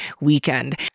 weekend